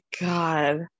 God